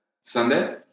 Sunday